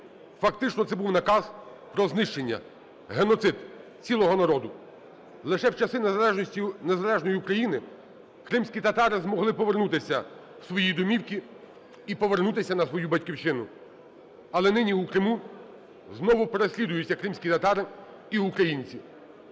Фактично це був наказ про знищення, геноцид цілого народу. Лише в часи незалежності… незалежної України кримські татари змогли повернутися в свої домівки і повернутися на свою Батьківщину. Але нині у Криму знову переслідуються кримські татари і українці.